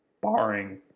barring